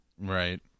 Right